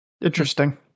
Interesting